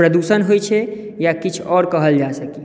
प्रदूषण होइत छै या किछु आओर कहल जा सकए